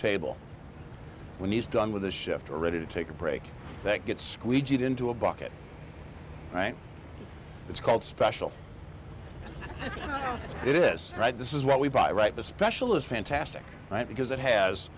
table when he's done with the chef to ready to take a break that gets squeegeed into a bucket right it's called special and it is right this is what we buy right the special is fantastic right because it has